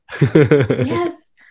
Yes